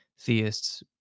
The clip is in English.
theists